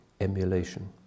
emulation